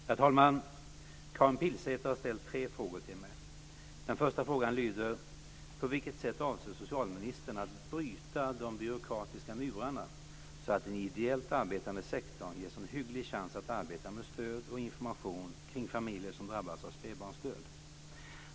Herr talman! Karin Pilsäter har ställt tre frågor till mig. Den första frågan lyder: På vilket sätt avser socialministern att bryta de byråkratiska murarna så att den ideellt arbetande sektorn ges en hygglig chans att arbeta med stöd och information kring familjer som drabbas av spädbarnsdöd?